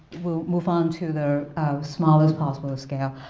we'll move on to the smallest possible scale,